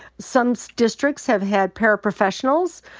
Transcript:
some districts have had paraprofessionals,